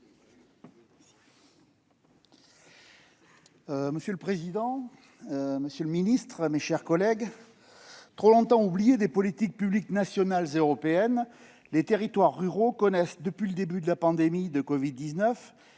Monsieur le président, monsieur le secrétaire d'État, mes chers collègues, trop longtemps oubliés des politiques publiques nationales et européennes, les territoires ruraux connaissent, depuis le début de la pandémie de covid-19,